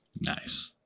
Nice